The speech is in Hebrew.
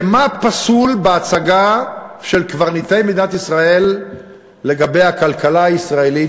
כי מה פסול בהצגה של קברניטי מדינת ישראל לגבי הכלכלה הישראלית,